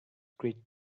great